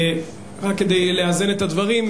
רק כדי לאזן את הדברים,